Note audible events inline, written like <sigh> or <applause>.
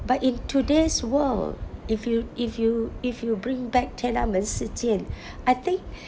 but in today's world if you if you if you bring back 天安门事件 <breath> I think